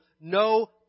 no